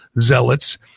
zealots